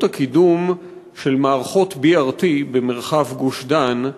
הקידום של מערכות BRT במרחב גוש-דן,